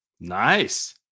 Nice